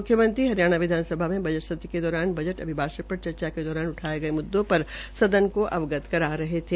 मुख्यमंत्री हरियाणा विधानसभा में बजट सत्र के दौरान बजट अभिभाषण पर चर्चा के दौरान उठाए गए मुद्दों पर सदन को अवगत करवा रहे थे